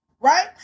Right